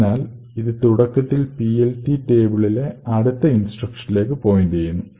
അതിനാൽ ഇത് തുടക്കത്തിൽ PLT ടേബിളിലെ അടുത്ത ഇൻസ്ട്രക്ഷനിലേക്ക് പോയിന്റ് ചെയ്യുന്നു